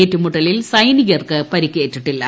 ഏറ്റുമുട്ടലിൽ സൈനികർക്ക് പരിക്കേറ്റിട്ടില്ല